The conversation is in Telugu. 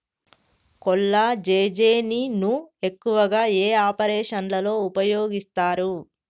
కొల్లాజెజేని ను ఎక్కువగా ఏ ఆపరేషన్లలో ఉపయోగిస్తారు?